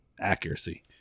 accuracy